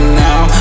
now